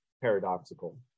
paradoxical